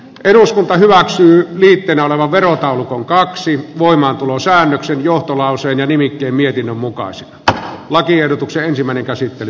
eduskunta hyväksyy liitteenä oleva verotaulukon kaksi voimaantulosäännöksen johtolauseiden esko kivirannan kannattamana ehdottanut että verotaulukko hyväksytään vastalauseen mukaisena